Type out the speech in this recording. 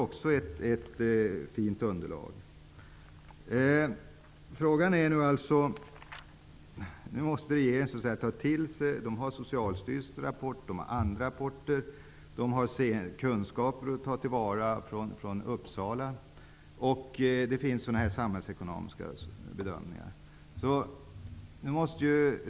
Också på den punkten finns ett fint underlag. Regeringen har nu rapporterna från Socialstyrelsen och andra, kunskaperna i Uppsala och samhällsekonomiska bedömningar att ta till sig.